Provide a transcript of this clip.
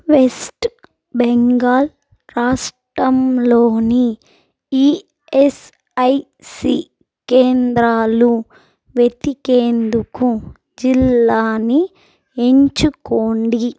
west Bengal రాష్ట్రంలోని ESIC కేంద్రాలు వెతికేందుకు జిల్లాని ఎంచుకోండి